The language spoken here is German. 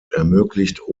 ermöglicht